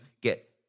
get